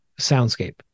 soundscape